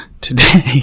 Today